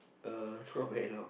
uh not very loud